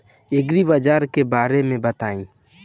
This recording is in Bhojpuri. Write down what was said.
एग्रीबाजार के बारे में बताई?